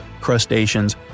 crustaceans